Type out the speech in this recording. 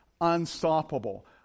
unstoppable